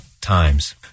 times